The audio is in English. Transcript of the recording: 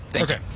Okay